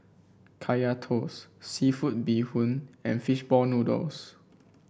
Kaya Toast seafood Bee Hoon and fish ball noodles